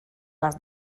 les